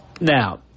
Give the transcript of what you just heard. now